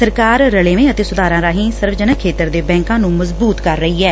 ਸਰਕਾਰ ਰਲੇਵੇਂ ਅਤੇ ਸੁਧਾਰਾਂ ਰਾਹੀਂ ਸਰਵਜਨਕ ਖੇਤਰ ਦੇ ਬੈਂਕਾਂ ਨੂੰ ਮਜ਼ਬਤ ਕਰ ਰਹੀ ਐ